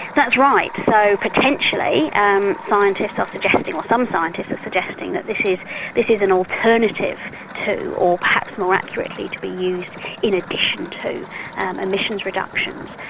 that's right. so potentially um scientists are suggesting or some scientists are suggesting that this is this is an alternative to, or perhaps more accurately to be used in addition to emissions reductions.